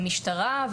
במשטרה.